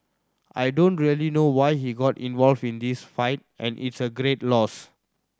I don't really know why he got involved in this fight and it's a great loss